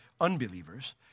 unbelievers